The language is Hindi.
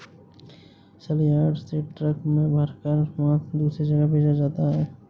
सलयार्ड से ट्रक में भरकर मांस दूसरे जगह भेजा जाता है